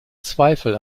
zweifel